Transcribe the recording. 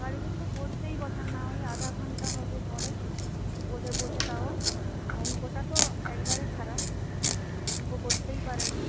বাড়িতে তো পড়তেই বসে না ওই আধঘণ্টা হবে পড়ে বলে বলে তাও অঙ্কটা তো একবারে খারাপ অঙ্ক করতেই পারে না